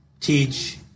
teach